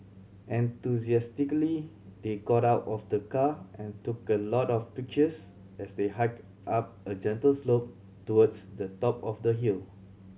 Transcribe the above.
enthusiastically they got out of the car and took a lot of pictures as they hiked up a gentle slope towards the top of the hill